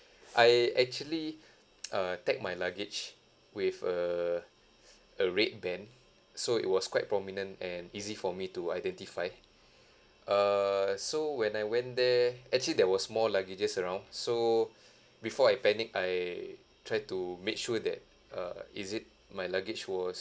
I actually uh tagged my luggage with a a red band so it was quite prominent and easy for me to identify err so when I went there actually there was more luggages around so before I panic I try to make sure that uh is it my luggage was